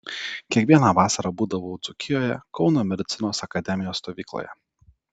kiekvieną vasarą būdavau dzūkijoje kauno medicinos akademijos stovykloje